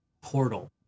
Portal